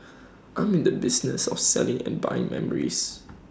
I'm in the business of selling and buying memories